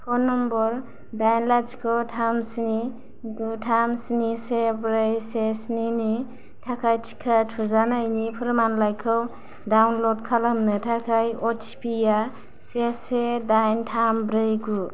phone number दाइन लाथिख' थाम स्नि गु थाम स्नि से ब्रै से स्निनि थाखाय टिका थुजानायनि फोरमानलाइखौ डाउनल'ड खालामनो थाखाय अटिपि या से से दाइन थाम ब्रै गु